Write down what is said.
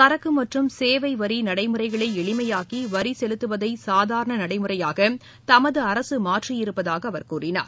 சரக்கு மற்றும் சேவைவரி நடைமுறைகளை எளிமையாக்கி வரி செலுத்துவதை சாதாரண நடைமுறையாக தமது அரசு மாற்றியிருப்பதாக அவர் கூறினார்